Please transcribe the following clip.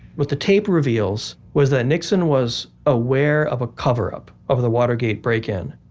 but the tape reveals was that nixon was aware of a cover-up of the watergate break-in.